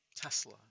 Tesla